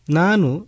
nanu